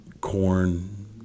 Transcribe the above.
corn